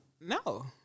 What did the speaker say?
No